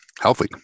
healthy